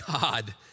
God